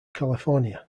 california